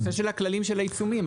על הנושא של הכללים של העיצומים,